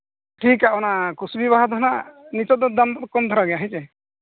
ᱴᱷᱤᱠᱟ ᱚᱱᱟ ᱠᱩᱥᱵᱤ ᱵᱟᱦᱟ ᱫᱚ ᱱᱟᱦᱟᱜ ᱱᱤᱛᱚᱜ ᱫᱚ ᱠᱚᱢ ᱫᱟᱨᱟ ᱜᱮᱭᱟ ᱦᱮᱸ ᱪᱮ